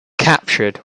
captured